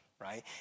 right